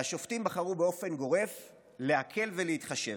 והשופטים בחרו באופן גורף להקל ולהתחשב.